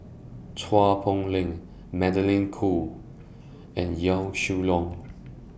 Chua Poh Leng Magdalene Khoo and Yaw Shin Leong